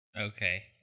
Okay